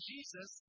Jesus